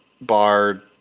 bar